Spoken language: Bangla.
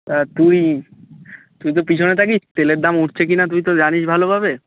আর তুই তুই তো পিছনে থাকিস তেলের দাম উঠছে কি না তুই তো জানিস ভালোভাবে